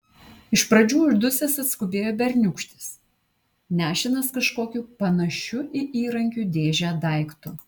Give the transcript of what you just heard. iš pradžių uždusęs atskubėjo berniūkštis nešinas kažkokiu panašiu į įrankių dėžę daiktu